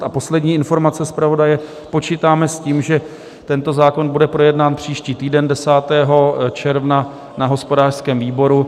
A poslední informace zpravodaje, počítáme s tím, že tento zákon bude projednán příští týden 10. června na hospodářském výboru.